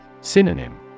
Synonym